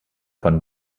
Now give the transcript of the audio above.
von